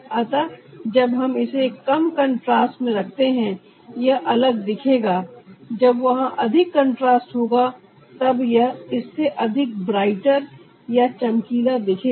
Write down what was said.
अतः जब हम इसे कम कंट्रास्ट में रखते हैं यह अलग दिखेगा जब वहां अधिक कंट्रास्ट होगा तब यह इससे अधिक ब्राइटर या चमकीला दिखेगा